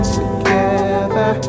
together